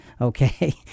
okay